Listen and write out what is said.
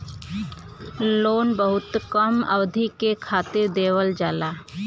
loan बहुत कम अवधि के खातिर देवल जाला